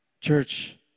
Church